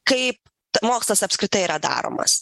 kaip mokslas apskritai yra daromas